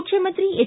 ಮುಖ್ಯಮಂತ್ರಿ ಹೆಚ್